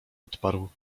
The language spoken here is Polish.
odparł